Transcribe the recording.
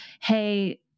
hey